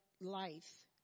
life